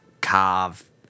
carve